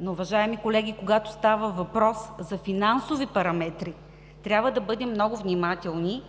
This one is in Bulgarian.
Но, уважаеми колеги, когато става въпрос за финансови параметри, трябва да бъдем много внимателни